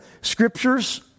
scriptures